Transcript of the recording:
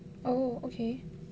oh okay